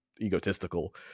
egotistical